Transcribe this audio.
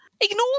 Ignore